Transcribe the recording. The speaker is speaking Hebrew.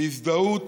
והזדהות